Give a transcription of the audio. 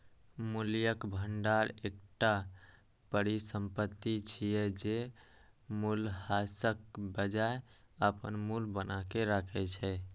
मूल्यक भंडार एकटा परिसंपत्ति छियै, जे मूल्यह्रासक बजाय अपन मूल्य बनाके राखै छै